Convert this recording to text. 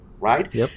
Right